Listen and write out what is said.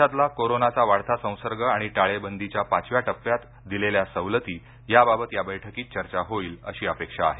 देशातला कोरोनाचा वाढता संसर्ग आणि टाळेबंदीच्या पाचव्या टप्प्यात दिलेल्या सवलती याबाबत या बैठकीत चर्चा होईल अशी अपेक्षा आहे